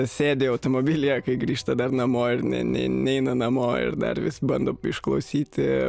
sėdi automobilyje kai grįžta dar namo ir ne ne neina namo ir dar vis bando išklausyti